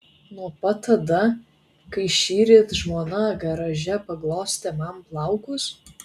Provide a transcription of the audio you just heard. nuo pat tada kai šįryt žmona garaže paglostė man plaukus